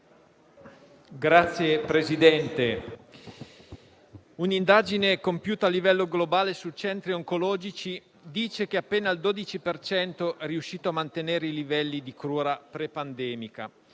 un'indagine compiuta a livello globale su centri oncologici dice che appena il 12 per cento è riuscito a mantenere i livelli di cura pre-pandemia.